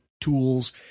tools